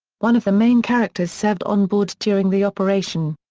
one of the main characters served on-board during the operation.